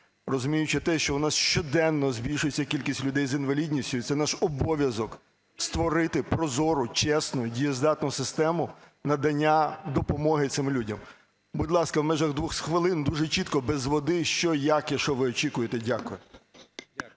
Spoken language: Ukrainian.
розуміючи те, що у нас щоденно збільшується кількість людей з інвалідністю, і це наш обов'язок – створити прозору, чесну, дієздатну систему надання допомоги цим людям. Будь ласка, в межах 2 хвилин дуже чітко, без води, що, як і що ви очікуєте. Дякую.